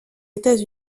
états